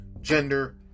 gender